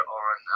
on